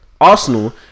Arsenal